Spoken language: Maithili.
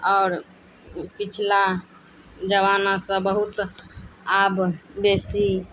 आओर पिछला जमानासँ बहुत आब बेसी